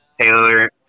Taylor